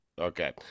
Okay